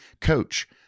coach